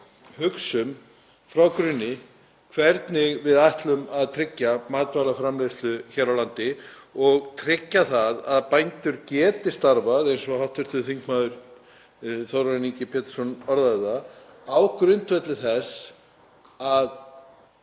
hugsum frá grunni hvernig við ætlum að tryggja matvælaframleiðslu hér á landi og tryggja að bændur geti starfað, eins og hv. þm. Þórarinn Ingi Pétursson orðaði það, á grundvelli þess að